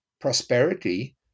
prosperity